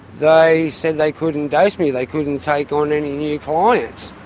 they said they couldn't dose me they couldn't take on any new clients.